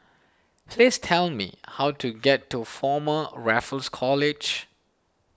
please tell me how to get to Former Raffles College